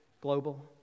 global